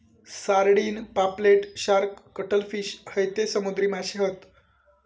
sardine, पापलेट, shark, cuttlefish हयते समुद्री माशे हत